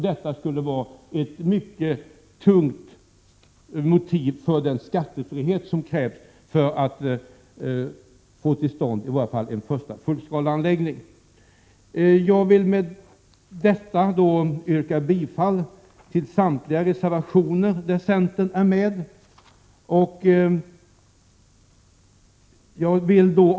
Detta borde vara ett mycket tungt vägande motiv för den skattefrihet som krävs för att få till stånd en första fullskaleanläggning. Med det anförda yrkar jag bifall till samtliga reservationer där centern finns med. Herr talman!